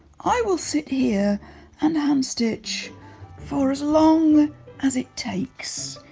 i will sit here and hand stitch for as long as it takes.